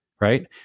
right